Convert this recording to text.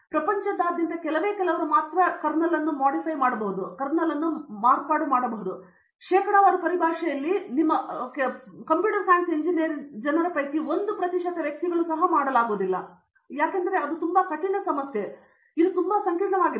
ಪ್ರಪಂಚದಾದ್ಯಂತ ಕೆಲವೇ ಕೆಲವರು ಮಾತ್ರವೇ ಮಾಡಬಹುದು ಶೇಕಡಾವಾರು ಪರಿಭಾಷೆಯಲ್ಲಿ ಕೆಲವು ಪದವೀಧರರಾಗಿದ್ದ ಒಟ್ಟು ಕಂಪ್ಯೂಟರ್ ಸೈನ್ಸ್ ಎಂಜಿನಿಯರಿಂಗ್ ಜನರ ಪೈಕಿ 1 ಪ್ರತಿಶತ ವ್ಯಕ್ತಿಗಳು ಸಹ ಮಾಡಲಾಗುವುದಿಲ್ಲ ಆದ್ದರಿಂದ ಇದು ತುಂಬಾ ಸಂಕೀರ್ಣವಾಗಿದೆ